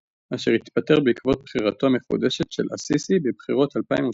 אשר התפטר בעקבות בחירותו המחודשת של א-סיסי בבחירות 2018.